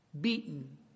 beaten